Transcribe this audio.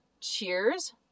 cheers